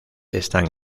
están